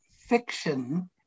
fiction